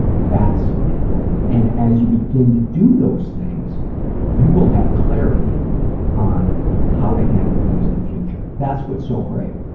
that's important. and as you begin to do those things you will have clarity on how to handle things in the future. that's what so great.